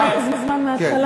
אני אתן לך את הזמן מהתחלה?